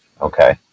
okay